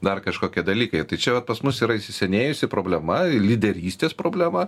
dar kažkokie dalykai tai čia vat pas mus yra įsisenėjusi problema lyderystės problema